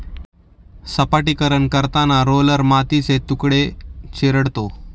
सपाटीकरण करताना रोलर मातीचे तुकडे चिरडतो